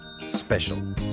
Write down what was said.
Special